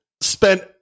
spent